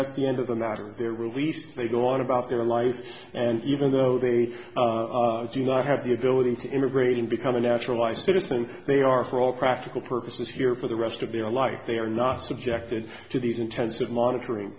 that's the end of the matter they're released they go on about their lives and even though they do not have the ability to immigrate and become a naturalized citizen they are for all practical purposes here for the rest of their life they are not subjected to these intensive monitoring